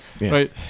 right